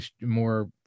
more